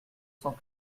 cent